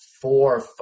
four –